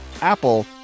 Apple